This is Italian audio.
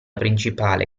principale